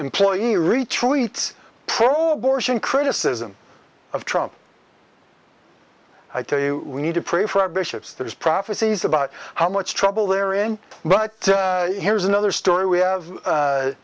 employee retreats pro abortion criticism of trump i tell you we need to pray for our bishops there's prophecies about how much trouble they're in but here's another story we have